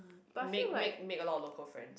make make make a lot of local friend